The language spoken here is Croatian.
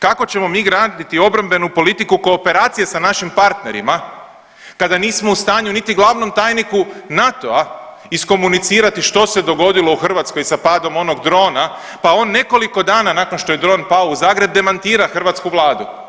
Kako ćemo mi graditi obrambenu politiku kooperacije sa našim partnerima kada nismo u stanju niti glavnom tajniku NATO-a iskomunicirati što se dogodilo u Hrvatskoj sa padom onog drona, pa on nekoliko dana nakon što je dron pao u Zagreb demantira hrvatsku vladu.